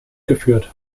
geführt